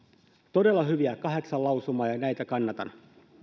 todella hyvät kahdeksan lausumaa ja näitä kannatan